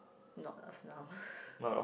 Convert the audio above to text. not of now